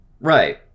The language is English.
right